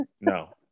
No